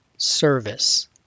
service